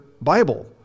Bible